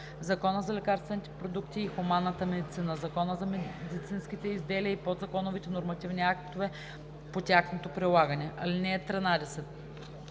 Закона за лекарствените продукти в хуманната медицина, Закона за медицинските изделия и подзаконовите нормативни актове по тяхното прилагане. (13)